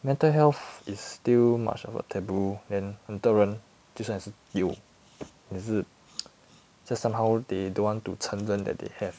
mental health is still much of a taboo and 很多人就算是有也是 just somehow they don't want to 承认 that they have